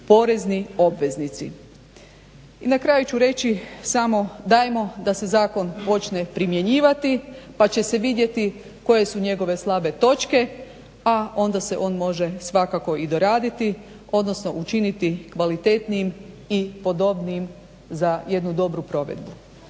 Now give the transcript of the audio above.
I na kraju ću reći samo dajmo da se zakon počne primjenjivati pa će se vidjeti koje su njegove slabe točke a onda se on može svakako i doraditi odnosno učiniti kvalitetnijim i podobnijim za jednu dobru provedbu.